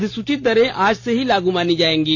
अधिसूचित दरें आज से ही लागू मानी जाएंगी